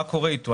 מה קורה איתו?